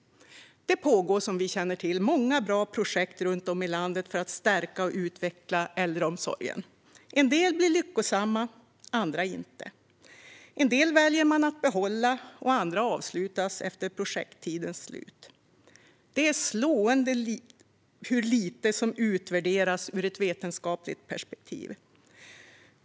Det pågår många bra projekt runt om i landet för att stärka och utveckla äldreomsorgen. En del är lyckosamma, andra inte. En del väljer man att behålla, och andra avslutas efter projekttiden. Det är dock slående hur lite som utvärderas ur ett vetenskapligt perspektiv.